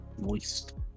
moist